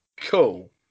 Cool